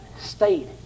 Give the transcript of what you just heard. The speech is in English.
state